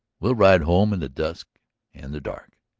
we'll ride home in the dusk and the dark.